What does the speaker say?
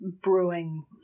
brewing